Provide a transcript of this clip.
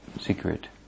secret